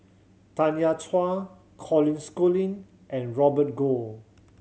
Tanya Chua Colin Schooling and Robert Goh